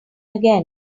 again